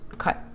Cut